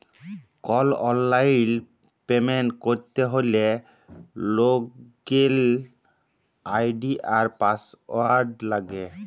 call অললাইল payment ক্যরতে হ্যলে লগইল আই.ডি আর পাসঅয়াড় লাগে